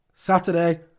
Saturday